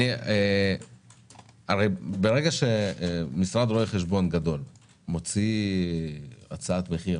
ברגע שמשרד רואה חשבון גדול מוציא הצעת מחיר